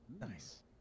nice